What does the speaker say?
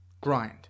grind